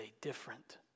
different